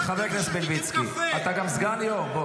חבר הכנסת מלביצקי, אתה גם סגן יו"ר.